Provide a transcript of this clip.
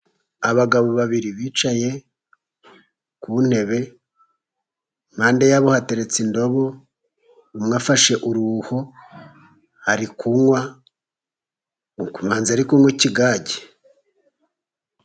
Abagabo babiri bicaye ku ntebe, impande yabo hateretse indobo. Umwe afashe uruho ari kunywa ubanza ari kunywa ikigage.